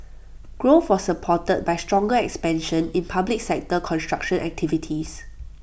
growth was supported by stronger expansion in public sector construction activities